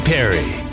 Perry